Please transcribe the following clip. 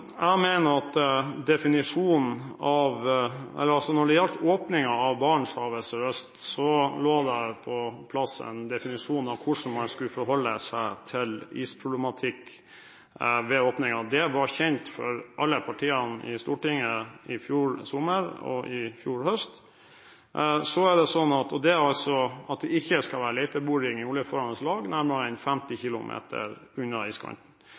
Når det gjaldt åpningen av Barentshavet sørøst, lå det på plass en definisjon av hvordan man skulle forholde seg til isproblematikk ved åpningen. Det var kjent for alle partiene i Stortinget i fjor sommer og i fjor høst, og det er at det ikke skal være leteboring i oljeførende lag nærmere enn 50 km fra iskanten. Så er det sånn at utbygging av den størrelsen som vi kommer til å se i